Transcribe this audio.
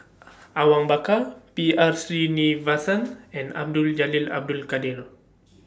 Awang Bakar B R Sreenivasan and Abdul Jalil Abdul Kadir